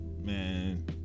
man